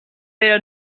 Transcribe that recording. però